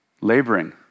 Laboring